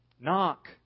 Knock